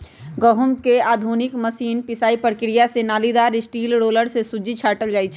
गहुँम के आधुनिक मशीन पिसाइ प्रक्रिया से नालिदार स्टील रोलर से सुज्जी छाटल जाइ छइ